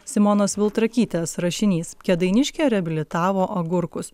simonos viltrakytės rašinys kėdainiškė reabilitavo agurkus